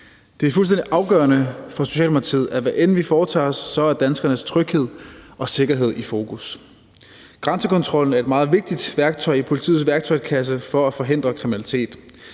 Det er fuldstændig afgørende for Socialdemokratiet, at hvad end vi foretager os, er danskernes tryghed og sikkerhed i fokus. Grænsekontrollen er et meget vigtigt værktøj i politiets værktøjskasse for at forhindre kriminalitet.